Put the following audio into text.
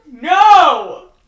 No